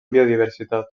biodiversitat